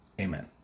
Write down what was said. Amen